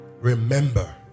remember